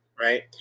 Right